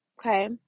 Okay